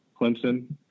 Clemson